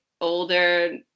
Older